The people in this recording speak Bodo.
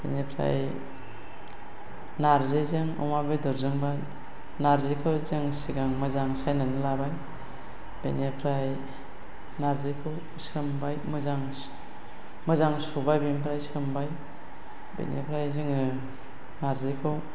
बेनिफ्राय नारजिजों अमा बेदरजोंबा नारजिखौ जों सिगां मोजां सायनानै लाबाय बेनिफ्राय नारजिखौ सोमबाय मोजां सुबाय बेनिफ्राय सोमबाय बेनिफ्राय जोंङो नारजिखौ